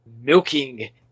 milking